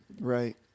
Right